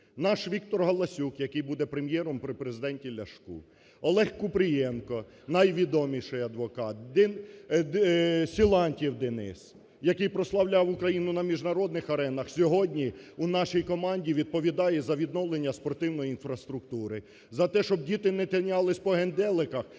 наш Віктор Галасюк, який буде прем'єром при Президенті Ляшку, Олег Купрієнко – найвідоміший адвокат, Силантьєв Денис, який прославляв Україну на міжнародних аренах, сьогодні у нашій команді відповідає за відновлення спортивної інфраструктури, за те, щоб діти не тинялись по генделиках,